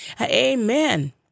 amen